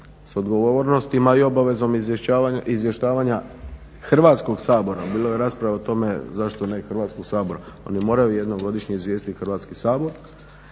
s odgovornostima i obavezom izvještavanja Hrvatskog sabora. Bilo je rasprava o tome zašto ne i Hrvatski sabor? Oni moraju jednom godišnje izvijestiti Hrvatski sabor,